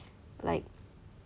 like